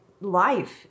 life